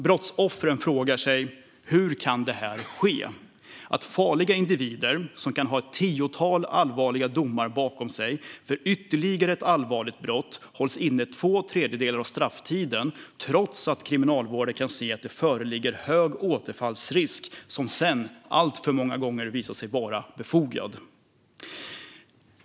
Brottsoffren frågar sig hur det kan ske att farliga individer som kan ha ett tiotal allvarliga domar bakom sig hålls inlåsta bara två tredjedelar av strafftiden för ytterligare ett allvarligt brott trots att Kriminalvården anser att det föreligger hög återfallsrisk, något som alltför många gånger visat sig vara befogat.